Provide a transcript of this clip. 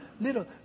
little